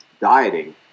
dieting